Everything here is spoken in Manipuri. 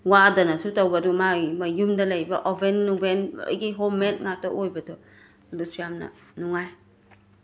ꯋꯥꯗꯅꯁꯨ ꯇꯧꯕ ꯑꯗꯨꯒ ꯌꯨꯝꯗ ꯂꯩꯕ ꯑꯣꯚꯦꯟ ꯅꯨꯡꯕꯦꯟ ꯂꯣꯏꯒꯤ ꯍꯣꯝ ꯃꯦꯗ ꯉꯥꯛꯇ ꯑꯣꯏꯕꯗꯣ ꯑꯗꯨꯁꯨ ꯌꯥꯝꯅ ꯅꯨꯡꯉꯥꯏ